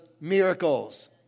miracles